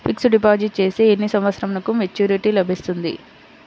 Fixed deposit చేస్తే ఎన్ని సంవత్సరంకు మెచూరిటీ లభిస్తుంది?